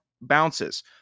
bounces